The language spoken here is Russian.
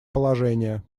положение